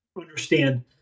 understand